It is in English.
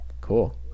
Cool